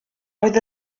oedd